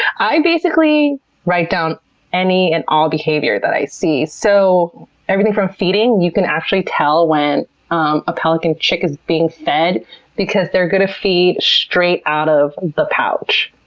i basically write down any and all behavior that i see. so everything from feeding, you can actually tell when um a pelican chick is being fed because they're going to feed straight out of the pouch.